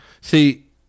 See